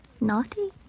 Naughty